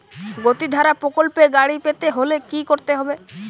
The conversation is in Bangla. গতিধারা প্রকল্পে গাড়ি পেতে হলে কি করতে হবে?